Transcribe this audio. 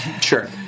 Sure